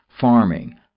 farming